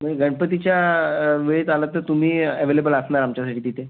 म्हणजे गणपतीच्या वेळेत आलं तर तुम्ही ॲवेलेबल असणार आमच्यासाठी तिथे